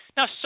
Now